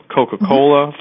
Coca-Cola